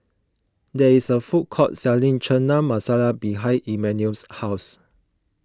there is a food court selling Chana Masala behind Immanuel's house